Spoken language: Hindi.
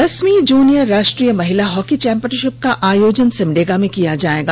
दसवीं जूनियर राष्ट्रीय महिला हॉकी चैम्पियनधिप का आयोजन सिमडेगा में किया जायेगा